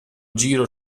giro